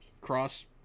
cross